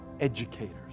educators